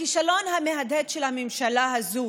הכישלון המהדהד של הממשלה הזו